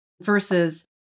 Versus